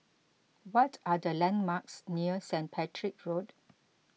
what are the landmarks near Saint Patrick's Road